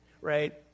right